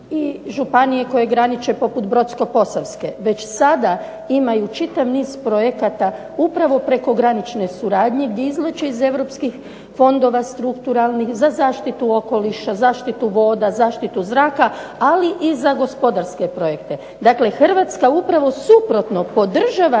i županije koje graniče poput Brodsko-posavske već sada imaju čitav niz projekata upravo prekogranične suradnje gdje izvlače iz europskih fondova strukturalnih za zaštitu okoliša, zaštitu voda, zaštitu zraka ali i za gospodarske projekte. Dakle, Hrvatska upravo suprotno podržava